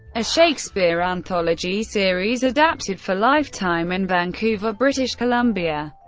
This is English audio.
a shakespeare anthology series adapted for lifetime, in vancouver, british columbia.